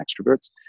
extroverts